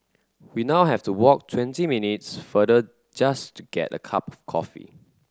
we now have to walk twenty minutes farther just to get a cup coffee